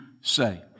say